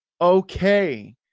okay